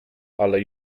ale